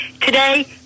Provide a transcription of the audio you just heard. today